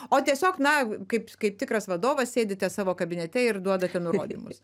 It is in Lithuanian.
o tiesiog na kaip kaip tikras vadovas sėdite savo kabinete ir duodate nurodymus